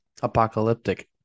apocalyptic